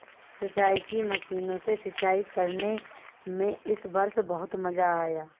सिंचाई की मशीनों से सिंचाई करने में इस वर्ष बहुत मजा आया